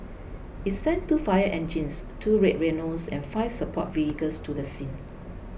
it sent two fire engines two Red Rhinos and five support vehicles to the scene